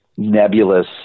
nebulous